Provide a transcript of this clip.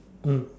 mm